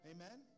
Amen